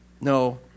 No